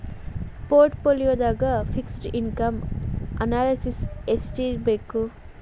ಪೊರ್ಟ್ ಪೋಲಿಯೊದಾಗ fixed income analysis ಯೆಸ್ಟಿರ್ಬಕ್?